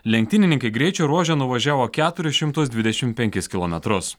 lenktynininkai greičio ruože nuvažiavo keturis šimtus dvidešim penkis kilometrus